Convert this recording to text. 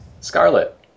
Scarlet